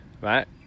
right